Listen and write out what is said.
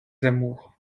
amours